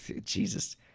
Jesus